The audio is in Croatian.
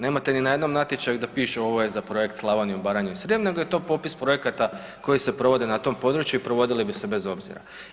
Nemate ni na jednom natječaju da piše ovo je za Projekt Slavoniju, Baranju i Srijem nego je to popis projekata koji se provode na tom području i provodili bi se bez obzira.